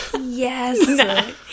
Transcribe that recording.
Yes